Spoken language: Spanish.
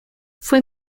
fue